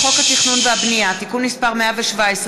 הצעת חוק התכנון והבנייה (תיקון מס' 117,